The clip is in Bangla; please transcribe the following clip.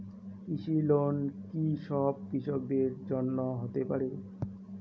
কৃষি লোন কি সব কৃষকদের জন্য হতে পারে?